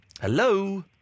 Hello